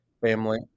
family